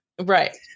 Right